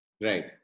Right